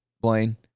Blaine